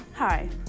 Hi